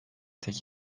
tek